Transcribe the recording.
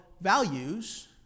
values